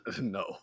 No